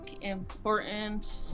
important